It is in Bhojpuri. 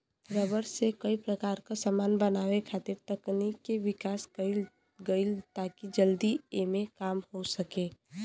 रबर से कई प्रकार क समान बनावे खातिर तकनीक के विकास कईल गइल ताकि जल्दी एमे काम हो सके